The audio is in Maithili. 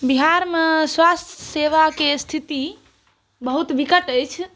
बिहारमे स्वास्थ्य सेवाके स्थिति बहुत विकट अछि